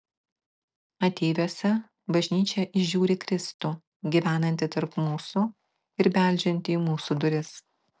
ateiviuose bažnyčia įžiūri kristų gyvenantį tarp mūsų ir beldžiantį į mūsų duris